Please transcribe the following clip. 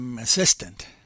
assistant